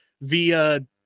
via